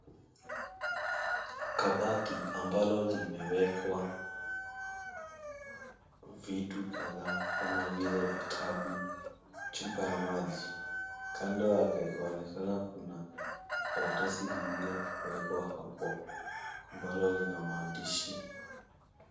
Kabati ambalo limewekwa vitu kadhaa kama vile vitabu, chupa ya maji, kando yake kunaonekana kuna karatasi lilo wekwa hapo ambalo lina maandishi.